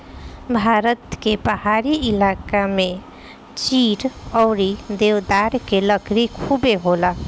भारत के पहाड़ी इलाका में चीड़ अउरी देवदार के लकड़ी खुबे होला